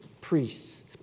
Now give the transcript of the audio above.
priests